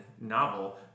novel